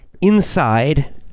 inside